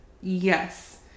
yes